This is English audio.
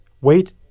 wait